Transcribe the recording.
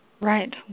Right